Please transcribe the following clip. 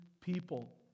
people